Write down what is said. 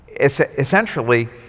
Essentially